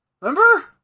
Remember